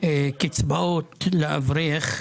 קצבאות לאברך,